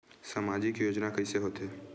सामजिक योजना कइसे होथे?